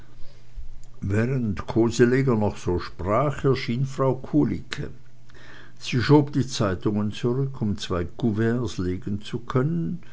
während koseleger noch so sprach erschien frau kulicke sie schob die zeitungen zurück um zwei couverts legen zu können